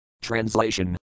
Translation